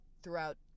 throughout